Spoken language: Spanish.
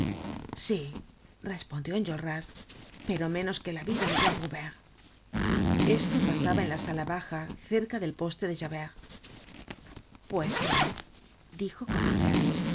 sí respondió enjolras pero menos que la vida de juan prouvaire esto pasaba en la sala baja cerca del poste de javert pues bien dijo